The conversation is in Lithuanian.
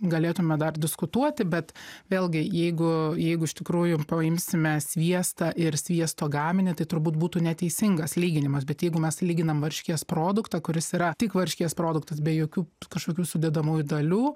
galėtume dar diskutuoti bet vėlgi jeigu jeigu iš tikrųjų paimsime sviestą ir sviesto gaminį tai turbūt būtų neteisingas lyginimas bet jeigu mes lyginam varškės produktą kuris yra tik varškės produktas be jokių kažkokių sudedamųjų dalių